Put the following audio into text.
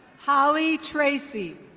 holly tracy.